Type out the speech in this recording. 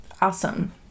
Awesome